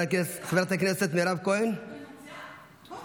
חברת הכנסת מירב כהן, בבקשה.